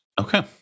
Okay